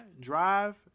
drive